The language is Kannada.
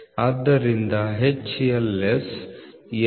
ಆದ್ದರಿಂದ HLS L